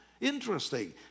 Interesting